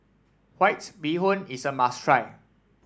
White Bee Hoon is a must try